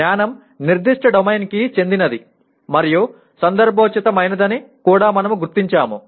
జ్ఞానం నిర్దిష్ట డొమైన్ కి చెందినది మరియు సందర్భోచిత మైనదని కూడా మనము గుర్తించాము